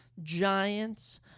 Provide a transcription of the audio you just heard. Giants